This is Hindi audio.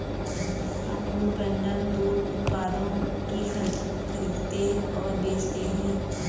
अमूल पैटर्न दूध उत्पादों की खरीदते और बेचते है